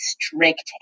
strict